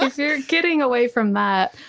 like you're getting away from that.